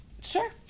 sure